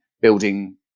building